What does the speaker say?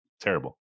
terrible